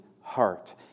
heart